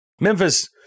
Memphis –